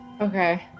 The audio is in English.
Okay